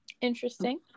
Interesting